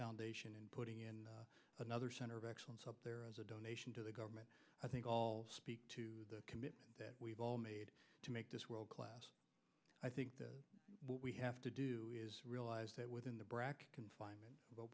foundation and putting in another center of excellence up there as a donation to the government i think all speak to the commitment that we've all made to make this world class i think that what we have to do is realize that within the brac confinement